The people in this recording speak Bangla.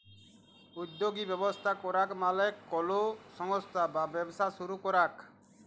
উদ্যগী ব্যবস্থা করাক মালে কলো সংস্থা বা ব্যবসা শুরু করাক